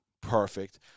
perfect